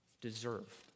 deserve